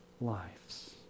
lives